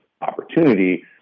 opportunity